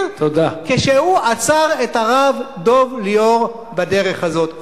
כשהוא עצר את הרב דב ליאור בדרך הזאת?